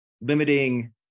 limiting